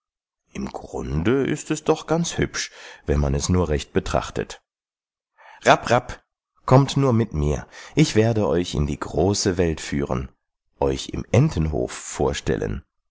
im grunde ist es doch ganz hübsch wenn man es nur recht betrachtet rapp rapp kommt nur mit mir ich werde euch in die große welt führen euch im entenhof vorstellen